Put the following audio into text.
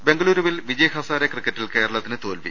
ബംഗുളൂരിവിൽ വിജയ് ഹസാരെ ക്രിക്കറ്റിൽ കേരളത്തിന് തോൽവി